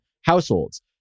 households